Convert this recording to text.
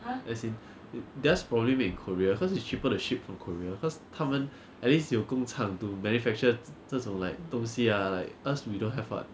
as in their's probably made in korea because it's cheaper to ship from korea because 他们 at least 有工厂 to manufacture 这种 like 东西啊 like us we don't have [what]